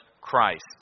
Christ